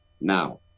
Now